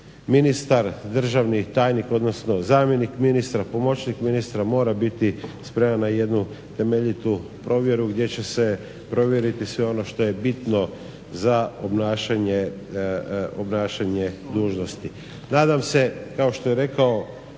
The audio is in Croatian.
ministar, državni tajnik, odnosno zamjenik ministra, pomoćnik ministra mora biti spreman na jednu temeljitu provjeru gdje će se provjeriti sve ono što je bitno za obnašanje dužnosti. Nadam se kao što je rekao